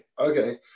okay